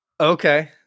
Okay